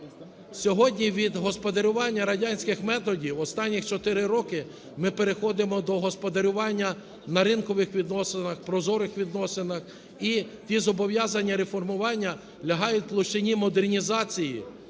Сьогодні від господарювання радянських методів останніх чотири роки ми переходимо до господарювання на ринкових відносинах, прозорих відносинах, і ті зобов'язання реформування лягають в площині модернізації